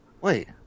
Wait